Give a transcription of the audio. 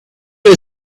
you